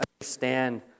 understand